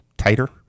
tighter